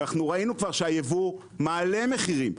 ראינו כבר שהייבוא מעלה מחירים,